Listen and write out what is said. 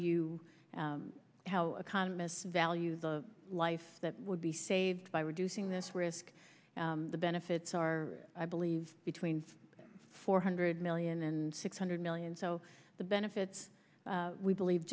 you how economists value the life that would be saved by reducing this risk the benefits are i believe between four hundred million and six hundred million so the benefits we believe